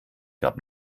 gab